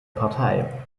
partei